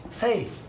Hey